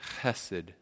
chesed